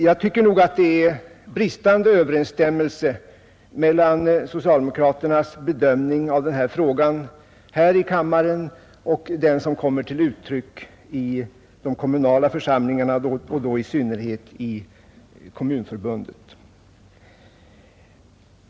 Jag tycker nog att det är bristande överensstämmelse mellan socialdemokraternas bedömning av denna fråga å ena sidan här i riksdagen och å andra sidan i de kommunala församlingarna och i synnerhet i Kommunförbundet.